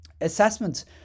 assessment